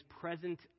present